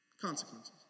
consequences